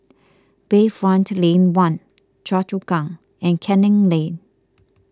Bayfront Lane one Choa Chu Kang and Canning Lane